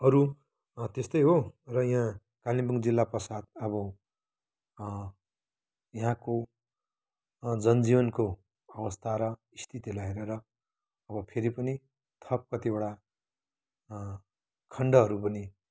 अरू त्यस्तै हो र यहाँ कालिम्पोङ जिल्लाको साथ अब यहाँको जनजीवनको अवस्था र स्थितिलाई हेरेर अब फेरि पनि थप कतिवटा खण्डहरू पनि